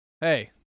Hey